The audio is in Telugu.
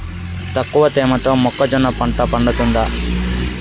తక్కువ తేమతో మొక్కజొన్న పంట పండుతుందా?